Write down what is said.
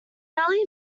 early